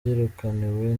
yirukaniwe